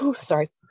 Sorry